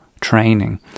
training